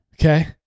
Okay